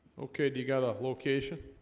okay, do you got a location?